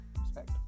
Respect